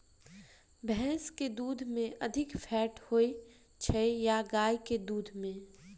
भैंस केँ दुध मे अधिक फैट होइ छैय या गाय केँ दुध में?